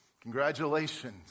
Congratulations